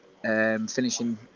Finishing